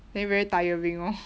then very tiring orh